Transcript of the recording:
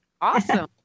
Awesome